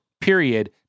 period